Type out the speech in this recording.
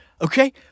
Okay